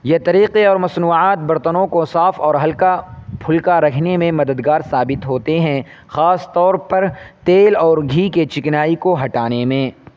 یہ طریقے اور مصنوعات برتنوں کو صاف اور ہلکا پھلکا رکھنے میں مددگار ثابت ہوتے ہیں خاص طور پر تیل اور گھی کے چکنائی کو ہٹانے میں